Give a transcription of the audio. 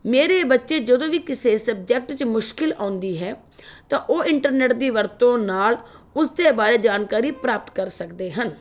ਮੇਰੇ ਬੱਚੇ ਜਦੋਂ ਵੀ ਕਿਸੇ ਸਬਜੈਕਟ 'ਚ ਮੁਸ਼ਕਿਲ ਆਉਂਦੀ ਹੈ ਤਾਂ ਉਹ ਇੰਟਰਨੈੱਟ ਦੀ ਵਰਤੋਂ ਨਾਲ ਉਸ ਦੇ ਬਾਰੇ ਜਾਣਕਾਰੀ ਪ੍ਰਾਪਤ ਕਰ ਸਕਦੇ ਹਨ